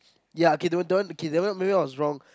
ya okay that one that one K maybe I was wrong